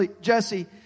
Jesse